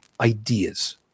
ideas